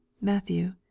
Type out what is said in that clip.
Matthew